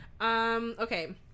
Okay